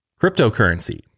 Cryptocurrency